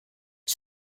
翅膀